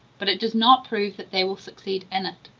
but it does not prove that they will succeed in it.